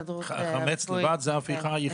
החמץ לבד, זאת ההפיכה היחידה?